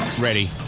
ready